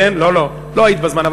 לא היית בזמן,